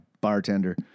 bartender